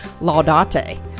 Laudate